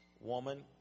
Woman